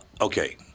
Okay